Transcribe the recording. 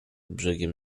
brzegiem